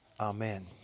Amen